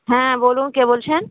হ্যাঁ বলুন কে বলছেন